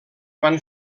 van